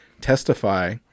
testify